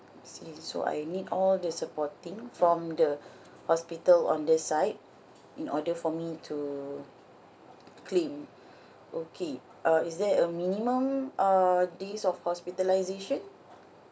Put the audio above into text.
I see so I need all the supporting from the hospital on their side in order for me to claim okay uh is there a minimum err days of hospitalisation